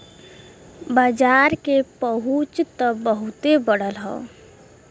बाजार के पहुंच त बहुते बढ़ल हौ